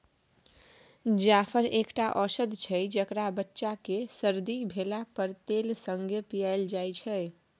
जाफर एकटा औषद छै जकरा बच्चा केँ सरदी भेला पर तेल संगे पियाएल जाइ छै